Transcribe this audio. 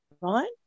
right